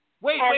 Wait